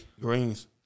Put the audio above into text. Greens